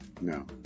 No